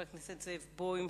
זאב בוים,